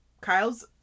Kyle's